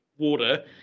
Water